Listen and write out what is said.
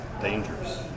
dangerous